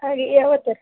ಹಾಗೇ ಯಾವ ಥರ